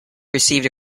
received